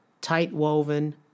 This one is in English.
tight-woven